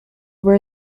were